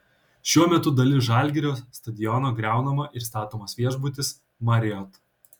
šiuo metu dalis žalgirio stadiono griaunama ir statomas viešbutis marriott